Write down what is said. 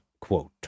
quote